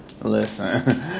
Listen